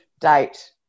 date